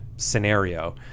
Scenario